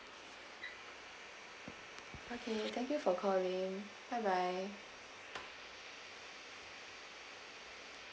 okay thank you for calling bye bye